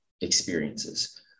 experiences